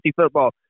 football